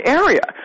area